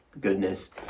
goodness